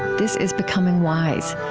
this is becoming wise.